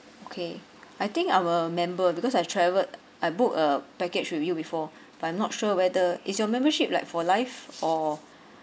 okay I think I were member because I've traveled I booked a package with you before but I'm not sure whether it's your membership like for life or